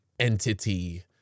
entity